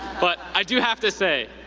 but i do have to say,